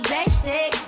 Basic